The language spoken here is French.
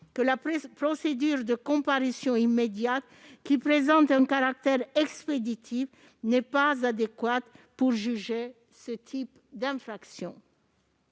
que la procédure de comparution immédiate, qui présente un caractère expéditif, n'est pas adéquate pour juger ce type d'infractions.